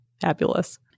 Fabulous